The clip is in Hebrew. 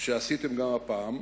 שעשיתם גם הפעם.